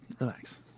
relax